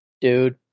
Dude